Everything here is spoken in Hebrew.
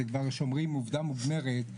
וכבר שאומרים עובדה מוגמרת,